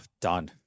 done